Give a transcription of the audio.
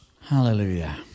Hallelujah